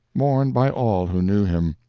mourned by all who knew him.